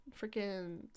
Freaking